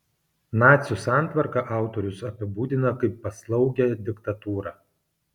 nacių santvarką autorius apibūdina kaip paslaugią diktatūrą